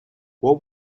what